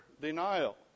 denial